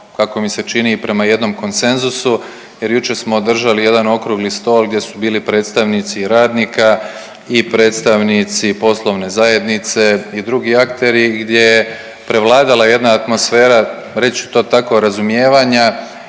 kako mi se čini prema jednom konsenzusu jer jučer smo održali jedan Okrugli stol gdje su bili predstavnici radnika i predstavnici poslovne zajednice i drugi akteri i gdje je prevladala jedna atmosfera reći ću to tako razumijevanja